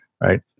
right